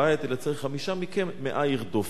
אלא צריך: חמישה מכם מאה ירדופו.